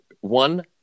One